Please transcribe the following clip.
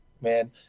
man